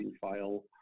file